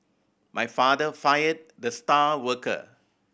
my father fired the star worker